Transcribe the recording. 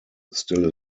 still